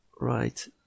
Right